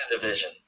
division